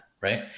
right